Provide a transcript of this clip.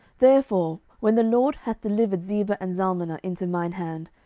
therefore when the lord hath delivered zebah and zalmunna into mine hand,